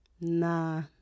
nah